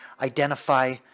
identify